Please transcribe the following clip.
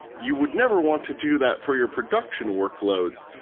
you would never want to do that for your production workloads,